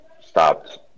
stopped